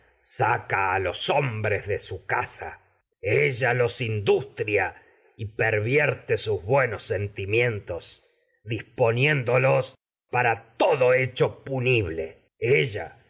saca a los sus hombres de casa ella los pervierte buenos sentimientos dis poniéndolos hombres a para todo de hecho punible ella